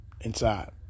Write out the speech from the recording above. inside